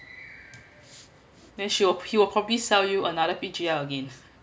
then she will he will probably sell you another P_G_L again